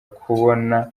kubona